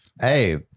Hey